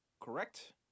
correct